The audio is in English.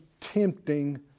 tempting